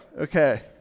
okay